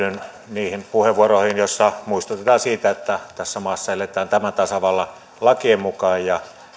niihin puheenvuoroihin joissa muistutetaan siitä että tässä maassa eletään tämän tasavallan lakien mukaan ja